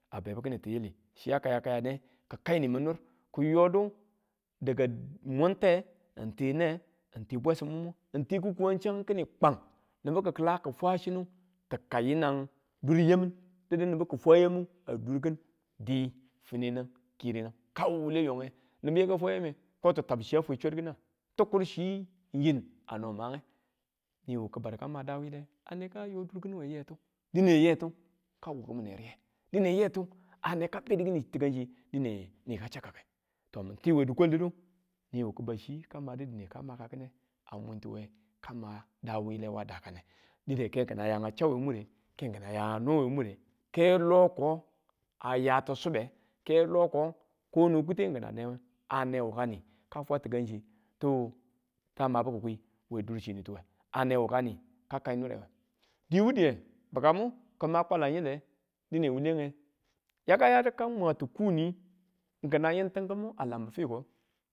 A bebu kini tiyili, chiya kaya kayane, ki̱ kai ni min nir kiyodu daga mun te n ti ne ti bwesimmu mu, n ti ki̱kuwang changu kini kwang nibu kila ki̱ fwa chinu ti kang yinang dur yamin didu nibu ki fwa yamu a dur ki̱n dii, funa̱nang, ki̱renang kayo wule yonge nibu yaka fwa yame ko ti kur chiya fwewe swa̱rki̱na ti kur chii yine ano mange niyu ki badu kama daa wile ane kayo dur ki̱nu weyetudine yetu ka wukki̱mine riye dine yetu ane ka bedu kini takanchiyange niwe ka chakkake to mi ti we di̱kwal didu newe kiba̱ chi kamade dine kama ki̱ne a mwintiwe ka daa wile wa dakane dine ke ki̱na yawe chau we mure, ke ki̱na ya a no we mure ke loko a yati sube, ke loko kono kute ki̱ newang a newaka ni ka fwa tikan tu ka mabu ki̱kwi we dur chiniwe ane wuka ni ka nirwe diwu diye bikamu kima kwalen yile, dine wulenge, ya yadu ka mwatu kuu ni kin a yim tim kimu a lambu fiko.